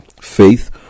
faith